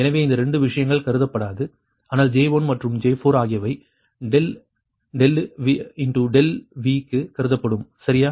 எனவே இந்த 2 விஷயங்கள் கருதப்படாது ஆனால் J1 மற்றும் J4 ஆகியவை ∆ ∆V க்கு கருதப்படும் சரியா